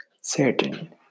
Certain